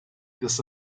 this